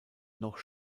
noch